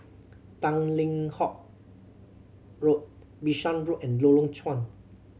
Tanglin Halt Road Bishan Road and Lorong Chuan